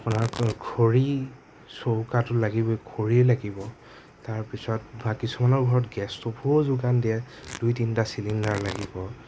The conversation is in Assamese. আপোনাৰ খৰি চৌকাতো লাগিবই খৰি লাগিব তাৰপিছত বা কিছুমানৰ ঘৰত গেছ ষ্ট'ভো যোগান দিয়ে দুই তিনিটা চিলিণ্ডাৰ লাগিব